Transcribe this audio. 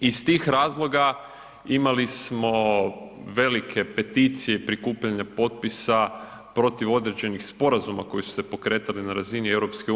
Iz tih razloga imali smo velike peticije prikupljanja potpisa protiv određenih sporazuma koji su se pokretali na razini EU.